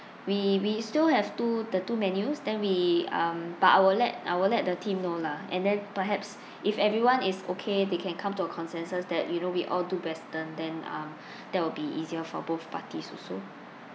we we still have two the two menus then we um but I will let I will let the team know lah and then perhaps if everyone is okay they can come to a consensus that you know we all do western then um that will be easier for both parties also